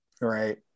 Right